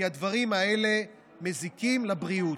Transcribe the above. כי הדברים האלה מזיקים לבריאות.